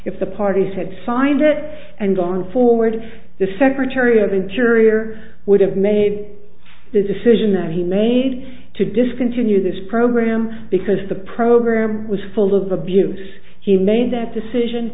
if the parties had signed it and gone forward the secretary of interior would have made the decision that he made to discontinue this program because the program was full of abuse he made that decision